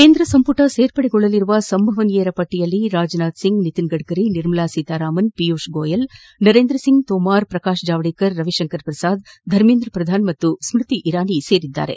ಕೇಂದ್ರ ಸಂಪುಟ ಸೇರ್ಪಡೆಗೊಳ್ಳಲಿರುವ ಸಂಭವನೀಯರ ಪಟ್ಟಿಯಲ್ಲಿ ರಾಜನಾಥ್ ಸಿಂಗ್ ನಿತಿನ್ ಗಡ್ಡರಿ ನಿರ್ಮಲಾ ಸೀತಾರಾಮನ್ ಪಿಯೂಷ್ ಗೋಯಲ್ ನರೇಂದ್ರ ಸಿಂಗ್ ತೋಮರ್ ಪ್ರಕಾಶ್ ಜಾವಡ್ಕೇರ್ ರವಿ ಶಂಕರ್ ಪ್ರಸಾದ್ ಧರ್ಮೇಂದ್ರ ಪ್ರಧಾನ್ ಮತ್ತು ಸ್ಮೃತಿ ಇರಾನಿ ಸೇರಿದ್ದಾರೆ